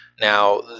now